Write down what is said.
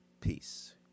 Peace